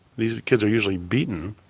these kids are usually beaten,